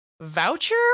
voucher